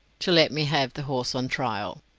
to let me have the horse on trial.